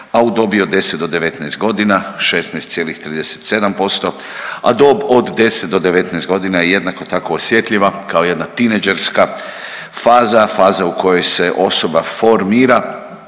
a u dobi od 10 do 19 godina 16,37%, a dob od 10 do 19 godina je jednako tako osjetljiva kao jedna tinejdžerska faza, faza u kojoj se osoba formira.